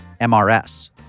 MRS